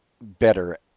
better